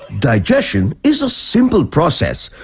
digestion is a simple process.